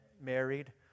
married